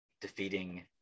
defeating